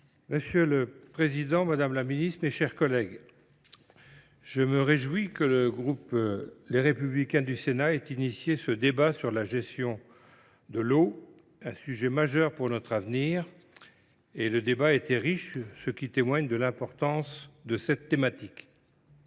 Monsieur le président, madame la ministre, mes chers collègues, je me réjouis que le groupe Les Républicains ait été à l’origine de ce débat sur la gestion de l’eau, un sujet majeur pour notre avenir. La richesse de nos échanges témoigne de l’importance de cette thématique.